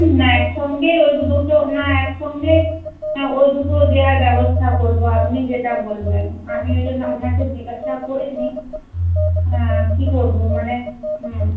না একসঙ্গেই ওই দুটো না একসঙ্গেই হ্যাঁ ওই দুটো দেওয়ার ব্যবস্থা করবো আপনি যেটা বলবেন আমি ওই জন্য আপনাকে জিজ্ঞাসা করে নিই হ্যাঁ কী করবো মানে হুম